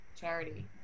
charity